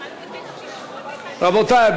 רבותי,